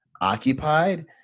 occupied